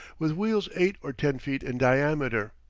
with wheels eight or ten feet in diameter.